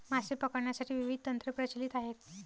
मासे पकडण्यासाठी विविध तंत्रे प्रचलित आहेत